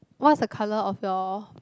what's the colour of your